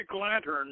lantern